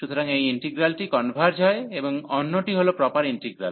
সুতরাং এই ইন্টিগ্রালটি কনভার্জ হয় এবং অন্যটি হল প্রপার ইন্টিগ্রাল